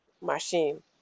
machine